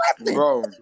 Bro